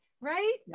right